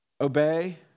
Obey